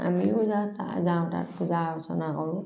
আমিও যাওঁ যাওঁ তাত পূজা অৰ্চনা কৰোঁ